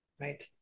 Right